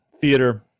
theater